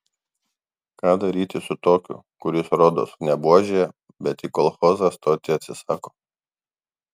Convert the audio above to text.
ką daryti su tokiu kuris rodos ne buožė bet į kolchozą stoti atsisako